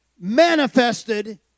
manifested